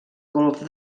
golf